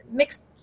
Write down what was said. mixed